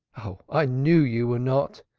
ah, i knew you were not,